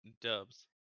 dubs